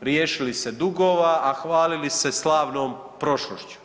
riješili se dugova a hvalili se slavnom prošlošću.